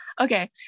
Okay